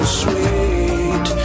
sweet